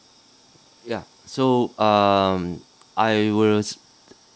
ya so um I will s~